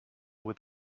with